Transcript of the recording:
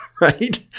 right